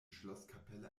schlosskapelle